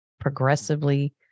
progressively